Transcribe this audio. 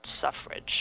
suffrage